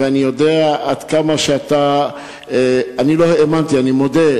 ואני יודע עד כמה אתה, אני לא האמנתי, אני מודה.